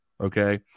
Okay